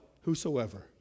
Whosoever